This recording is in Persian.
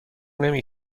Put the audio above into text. نمی